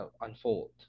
unfold